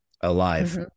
alive